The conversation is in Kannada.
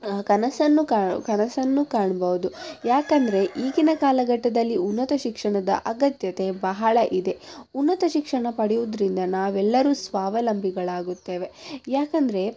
ಕನಸನ್ನು ಕನಸನ್ನು ಕಾಣ್ಬೌದು ಯಾಕಂದರೆ ಈಗಿನ ಕಾಲಘಟ್ಟದಲ್ಲಿ ಉನ್ನತ ಶಿಕ್ಷಣದ ಅಗತ್ಯತೆ ಬಹಳ ಇದೆ ಉನ್ನತ ಶಿಕ್ಷಣ ಪಡಿಯೋದ್ರಿಂದ ನಾವೆಲ್ಲರೂ ಸ್ವಾವಲಂಬಿಗಳಾಗುತ್ತೇವೆ ಯಾಕಂದರೆ